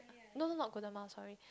no no not Golden Mile sorry